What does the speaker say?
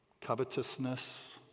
Covetousness